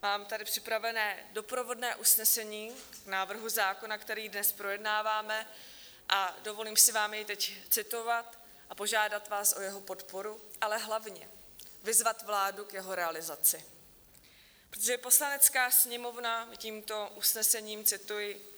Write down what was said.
Mám tady připravené doprovodné usnesení k návrhu zákona, který dnes projednáváme, a dovolím si vám jej teď citovat a požádat vás o jeho podporu, ale hlavně vyzvat vládu k jeho realizaci, protože Poslanecká sněmovna tímto usnesením cituji